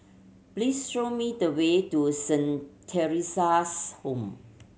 please show me the way to Saint Theresa's Home